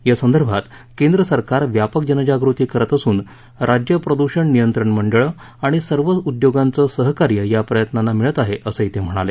यासंदर्भात केंद्रसरकार व्यापक जनजागृती करत असून राज्य प्रदूषण नियंत्रण मंडळं आणि सर्व उद्योगांचं सहकार्य या प्रयत्नांना मिळत आहे असंही ते म्हणाले